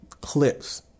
clips